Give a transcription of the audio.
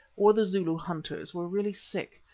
or the zulu hunters were really sick,